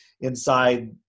inside